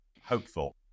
hopeful